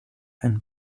and